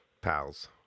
pals